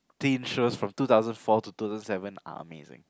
teen shows from two thousand four to two thousand seven are amazing